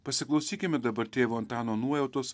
pasiklausykime dabar tėvo antano nuojautos